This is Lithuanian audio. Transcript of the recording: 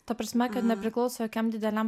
ta prasme kad nepriklauso jokiam dideliam